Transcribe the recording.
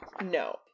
No